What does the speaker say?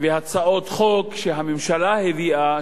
והצעות חוק שהממשלה הביאה,